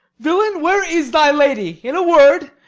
villain, where is thy lady? in a word,